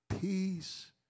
peace